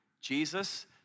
Jesus